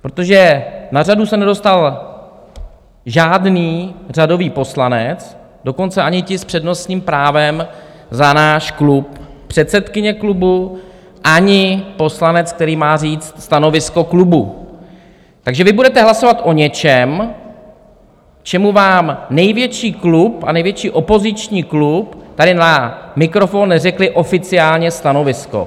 Protože na řadu se nedostal žádný řadový poslanec, dokonce ani ti s přednostním právem za náš klub, předsedkyně klubu ani poslanec, který má říct stanovisko klubu, takže vy budete hlasovat o něčem, k čemu vám největší klub a největší opoziční klub tady na mikrofon neřekli oficiálně stanovisko.